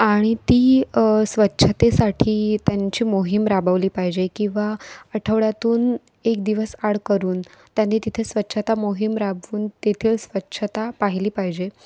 आणि ती स्वच्छतेसाठी त्यांची मोहीम राबवली पाहिजे किंवा आठवड्यातून एक दिवस आड करून त्यांनी तिथं स्वच्छता मोहीम राबवून तेथील स्वच्छता पाहिली पाहिजे